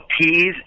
peas